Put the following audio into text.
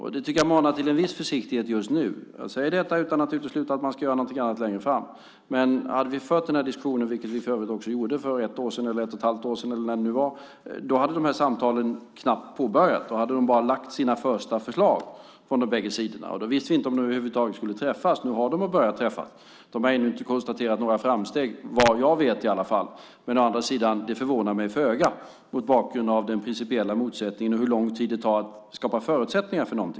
Det manar till en viss försiktighet. Jag säger detta utan att utesluta att man ska göra något annat längre fram. När vi förde denna diskussion för ett eller ett och ett halvt år sedan hade dessa samtal knappt påbörjats. Man hade lagt fram sina första förslag från de bägge sidorna, men vi visste inte om de över huvud taget skulle träffas. Nu har de börjat träffas. De har ännu inte konstaterat några framsteg, vad jag vet, men det förvånar mig föga mot bakgrund av den principiella motsättningen och hur lång tid det tar att skapa förutsättningar för något.